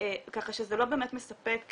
ככה שזה לא באמת מספק,